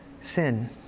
sin